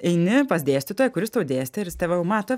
eini pas dėstytoją kuris tau dėstė ir jis tave jau mato